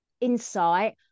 insight